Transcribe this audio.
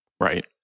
right